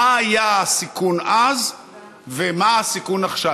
מה היה הסיכון אז ומה הסיכון עכשיו,